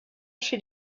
chez